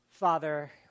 Father